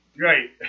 Right